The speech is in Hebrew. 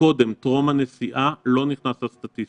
קודם טרום הנסיעה לא נכנס לסטטיסטיקות.